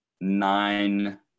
nine